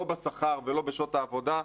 לא בשכר ולא בשעות העבודה,